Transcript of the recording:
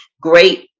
great